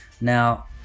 Now